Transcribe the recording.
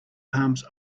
palms